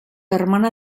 hermana